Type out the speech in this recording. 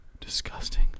Disgusting